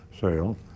sale